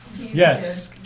Yes